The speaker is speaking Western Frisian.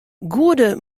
goede